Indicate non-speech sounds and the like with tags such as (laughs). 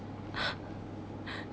(laughs)